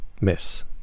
miss